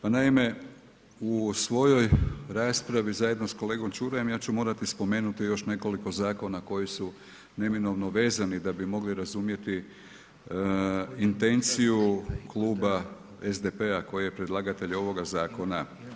Pa naime, u svojoj raspravi zajedno sa ko legom Čurajom ja ću morati spomenuti još nekoliko zakona koji su neminovno vezani da bi mogli razumjeti intenciju kluba SDP-a koji je predlagatelj ovoga zakona.